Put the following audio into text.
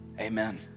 amen